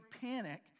panic